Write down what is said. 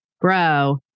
bro